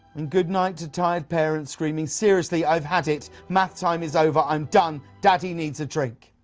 and goodnight to tired parents screaming, seriously, i've had it. math time is over. i'm done. daddy needs a drink